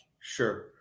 Sure